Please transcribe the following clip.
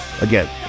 Again